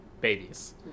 babies